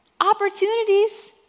Opportunities